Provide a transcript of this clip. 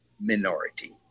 minority